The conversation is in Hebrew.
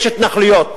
יש התנחלויות.